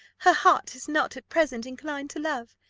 her heart is not at present inclined to love.